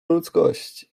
ludzkości